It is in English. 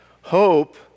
Hope